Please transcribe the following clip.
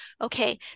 okay